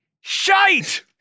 shite